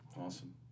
Awesome